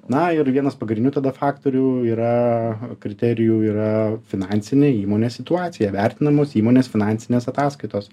na ir vienas pagrinių tada faktorių yra kriterijų yra finansinė įmonės situacija vertinamos įmonės finansinės ataskaitos